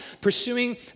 pursuing